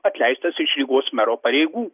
atleistas iš rygos mero pareigų